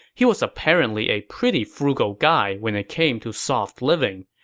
he was apparently a pretty frugal guy when it came to soft living,